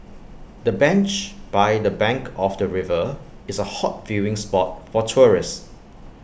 the bench by the bank of the river is A hot viewing spot for tourists